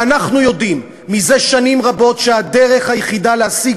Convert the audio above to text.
ואנחנו יודעים זה שנים רבות שהדרך היחידה להשיג